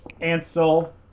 Ansel